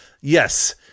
Yes